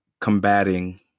combating